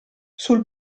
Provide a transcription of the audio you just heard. sul